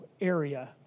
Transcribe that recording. area